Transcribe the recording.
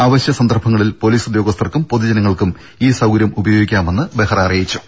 അവശ്യ സന്ദർഭങ്ങളിൽ പോലീസ് ഉദ്യോഗസ്ഥർക്കും പൊതുജനങ്ങൾക്കും ഈ സൌകര്യം ഉപയോഗിക്കാമെന്ന് ബെഹ്റ അറിയിച്ചു